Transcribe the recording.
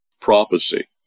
prophecy